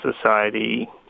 society